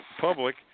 public